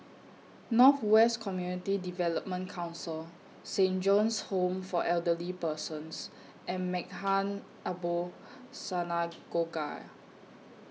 North West Community Development Council Saint John's Home For Elderly Persons and Maghain Aboth Synagogue